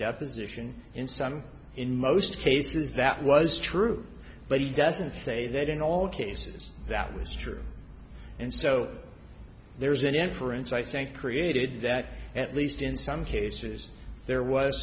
deposition in some in most cases that was true but he doesn't say that in all cases that was true and so there's an inference i think created that at least in some cases there was